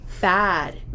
bad